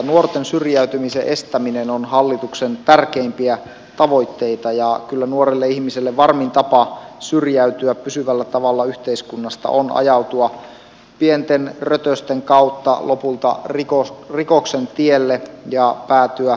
nuorten syrjäytymisen estäminen on hallituksen tärkeimpiä tavoitteita ja kyllä nuorelle ihmiselle varmin tapa syrjäytyä pysyvällä tavalla yhteiskunnasta on ajautua pienten rötösten kautta lopulta rikoksen tielle ja päätyä vankilaan